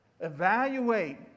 Evaluate